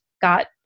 got